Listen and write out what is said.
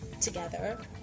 together